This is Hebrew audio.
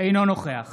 אינו נוכח